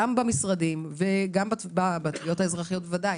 גם במשרדים וגם בתביעות האזרחיות ודאי